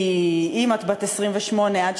כי אם את בת 28 32,